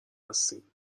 هستین